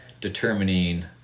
determining